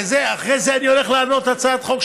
אחרי זה אני הולך לענות על הצעת חוק,